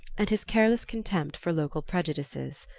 and his careless contempt for local prejudices.